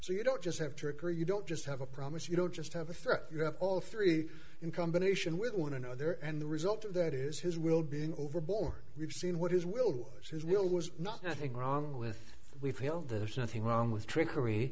so you don't just have trickery you don't just have a promise you don't just have a threat you have all three in combination with one another and the result of that is his will being overboard we've seen what his will was his will was nothing wrong with we feel there's nothing wrong with trickery